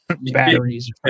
batteries